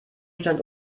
stand